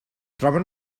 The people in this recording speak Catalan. troben